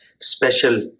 special